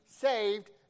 saved